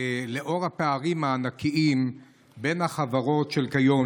לאור הפערים הענקיים בין החברות כיום,